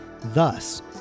Thus